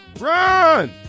Run